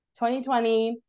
2020